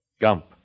Gump